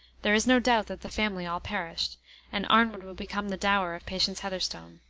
there is no doubt that the family all perished and arnwood will become the dower of patience heatherstone.